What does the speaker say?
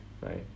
right